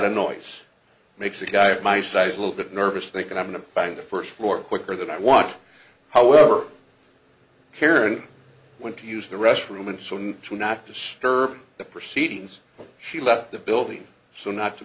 of noise makes a guy my size a little bit nervous thinking i'm going to bang the first floor quicker than i want however karen went to use the restroom and so on to not disturb the proceedings but she left the building so not to